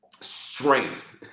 strength